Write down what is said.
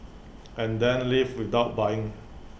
and then leave without buying